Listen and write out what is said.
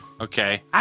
Okay